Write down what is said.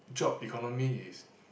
job economy is